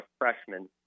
freshman